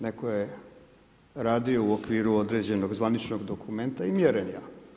Neko je radio u okviru određenog zvaničnog dokumenta i mjerenja.